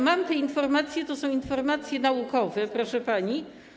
Mam te informacje, to są informacje naukowe, proszę pani.